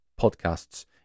podcasts